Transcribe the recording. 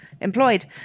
employed